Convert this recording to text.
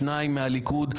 שניים מהליכוד,